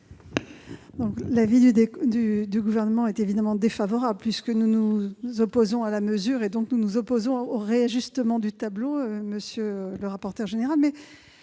L'avis du Gouvernement est évidemment défavorable. Nous nous opposons à la mesure et donc au réajustement du tableau, monsieur le rapporteur général.